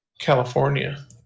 california